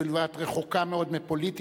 הואיל ואת רחוקה מאוד מפוליטיקה,